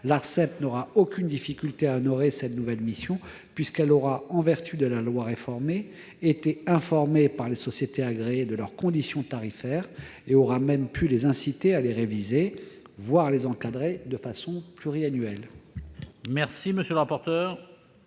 L'Arcep n'aura aucune difficulté à honorer cette nouvelle mission, puisqu'elle aura, en vertu de la loi modifiée, été informée par les sociétés agréées de leurs conditions tarifaires et qu'elle aura même pu les inciter à les réviser, voire à les encadrer de façon pluriannuelle. Quel est l'avis de